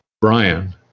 brian